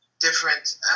different